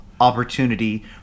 opportunity